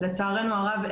לצערנו הרב,